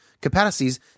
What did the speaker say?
capacities